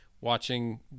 watching